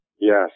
Yes